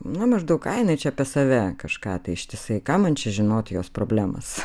nu maždaug ai jinai čia apie save kažką tai ištisai ką man čia žinoti jos problemas